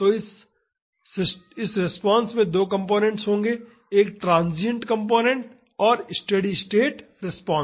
तो इस रिस्पांस में दो कंपोनेंट्स होंगे एक ट्रांसिएंट कॉम्पोनेन्ट और स्टेडी स्टेट रिस्पांस